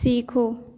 सीखो